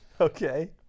okay